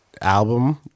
album